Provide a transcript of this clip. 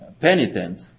penitent